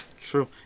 True